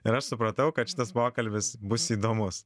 ir aš supratau kad šitas pokalbis bus įdomus